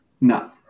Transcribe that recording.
No